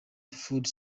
food